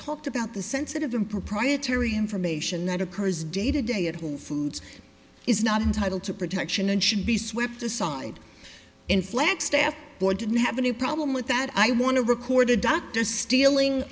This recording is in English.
talked about the sensitive and proprietary information that occurs day to day at whole foods is not entitled to protection and should be swept aside in flagstaff or didn't have any problem with that i want to record a doctor stealing